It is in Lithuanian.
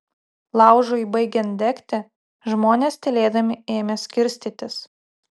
laužui baigiant degti žmonės tylėdami ėmė skirstytis